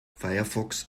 firefox